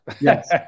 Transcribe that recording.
Yes